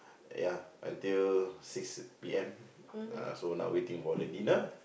ya until six P_M uh so now waiting for the dinner